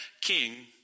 King